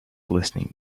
listening